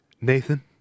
Nathan